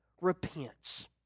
repents